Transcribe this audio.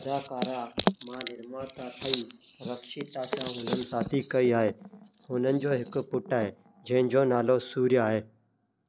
अदाकारा मां निर्माता ठही रक्षिता सां हुननि शादी कई आहे हुननि जो हिकु पुटु आहे जंहिंजो नालो सूर्य आहे